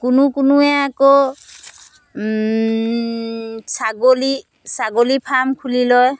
কোনো কোনোৱে আকৌ ছাগলী ছাগলী ফাৰ্ম খুলি লয়